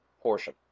portion